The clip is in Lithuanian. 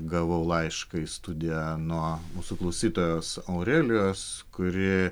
gavau laišką į studiją nuo mūsų klausytojos aurelijos kuri